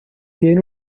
tiene